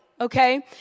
okay